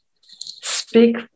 speak